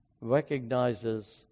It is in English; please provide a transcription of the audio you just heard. recognizes